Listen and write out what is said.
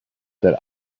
that